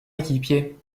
équipier